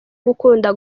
gukunda